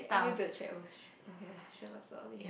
add you to the chat !oh shoot! okay I